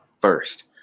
first